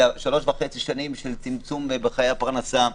אלה שלוש שנים וחצי של צמצום בחיי הפרנסה.